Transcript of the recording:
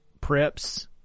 Preps